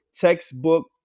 textbook